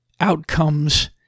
outcomes